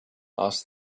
asked